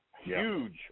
huge